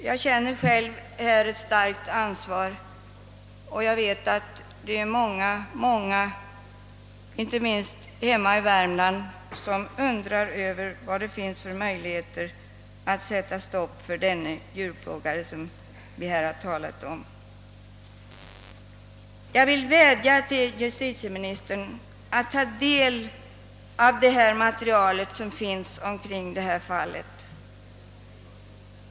Jag känner som sagt själv ett starkt ansvar, och jag vet att många personer, inte minst hemma i Värmland, undrar varför det inte finns möjligheter att sätta stopp för en sådan djurplågare som vi nu talar om. Jag vädjar till justitieministern att ta del av det material som föreligger i detta fall.